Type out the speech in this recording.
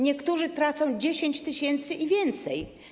Niektórzy tracą 10 tys. zł i więcej.